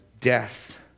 death